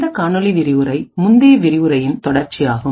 இந்த காணொளி விரிவுரை முந்தைய விரிவுரையின் தொடர்ச்சியாகும்